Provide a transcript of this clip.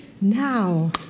now